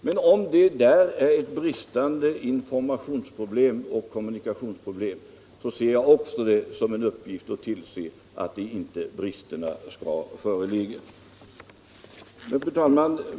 Men om det där är bristande informationsoch kommunikationsproblem ser jag det som en uppgift att se till att de bristerna undanröjs. Fru talman!